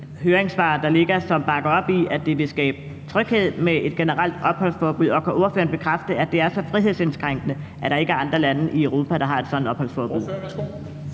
høringsvar, der ligger, som bakker op om, at det vil skabe tryghed med et generelt opholdsforbud? Og kan ordføreren bekræfte, at det er så frihedsindskrænkende, at der ikke er andre lande i Europa, der har et sådant opholdsforbud?